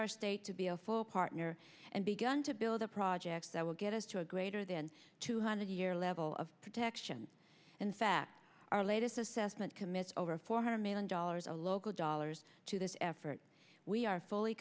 our state to be a full partner and begun to build the projects that will get us to a greater than two hundred year level of protection in fact our latest assessment commits over four hundred million dollars a local dollars to this effort we are fully